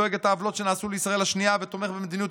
זועק את העוולות שנעשו לישראל השנייה ותומך במדיניות